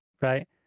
right